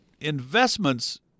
investments